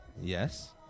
yes